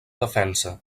defensa